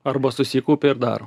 arba susikaupia ir daro